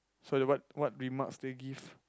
so the what what remarks do you give